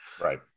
right